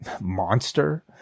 monster